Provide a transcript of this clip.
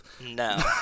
No